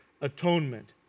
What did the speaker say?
atonement